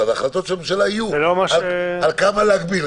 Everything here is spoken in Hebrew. החלטות של הממשלה יהיו על כמה להגביל,